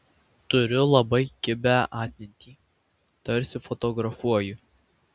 turiu labai kibią atmintį tarsi fotografuoju